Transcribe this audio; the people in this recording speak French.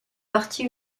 parti